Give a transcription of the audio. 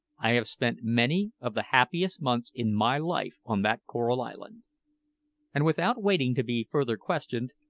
i have spent many of the happiest months in my life on that coral island and without waiting to be further questioned,